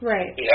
Right